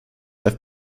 have